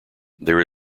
there